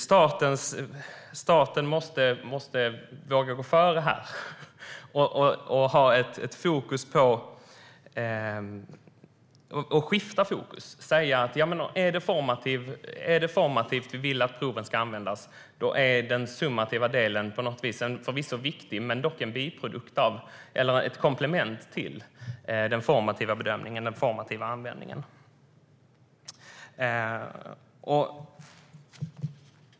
Staten måste våga gå före i detta sammanhang och skifta fokus, och om man vill att proven ska användas formativt är den summativa delen förvisso en viktig del men dock ett komplement till den formativa bedömningen och den formativa användningen.